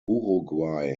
uruguay